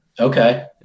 Okay